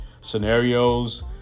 Scenarios